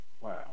Wow